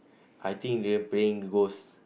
I think they're playing ghost